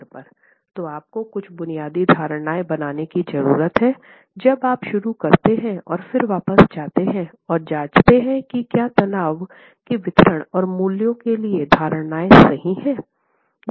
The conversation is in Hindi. तो आपको कुछ बुनियादी धारणाएँ बनाने की जरूरत है जब आप शुरू करते हैं और फिर वापस जाते हैं और जांचते हैं कि क्या तनाव के वितरण और मूल्यों के लिए धारणाएँ सही है